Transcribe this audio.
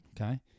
okay